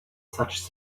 such